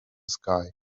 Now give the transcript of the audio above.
sky